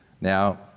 Now